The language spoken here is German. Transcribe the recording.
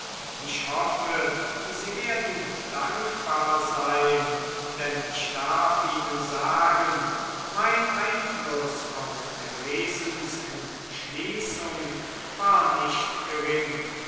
ich hoffe sie werden dankbar sein denn ich darf ihnen sagen mein einfluß auf theresens entschließung war nicht gering